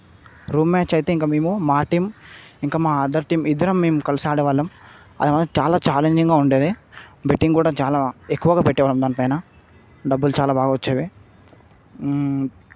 room match అయితే ఇంకా మేము మా టీం ఇంకా మా అదర్ టీం ఇద్దరం మేము కలిసి ఆడేవాళ్ళం అది మా చాలా ఛాలెంజింగ్గా ఉండేది బెట్టింగ్ కూడా చాలా ఎక్కువగా పెట్టేవాళ్ళం దానిపైన డబ్బులు చాలా బాగా వచ్చేవి